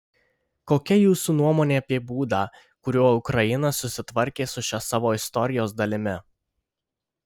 kokia jūsų nuomonė apie būdą kuriuo ukraina susitvarkė su šia savo istorijos dalimi